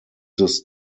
this